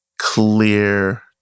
clear